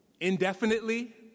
indefinitely